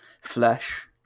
flesh